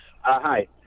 Hi